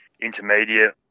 intermediate